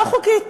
לא חוקית.